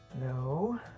no